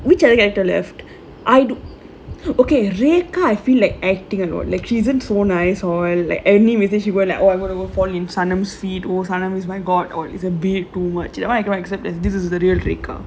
whichever character left I know okay rekha feel like acting a lot like she's in for nice oil like any mistakes you were like oh I wanna will fall in sanam sweet oh sanam is my god is a bit too much I agree I don't accept this [one] is the real rekha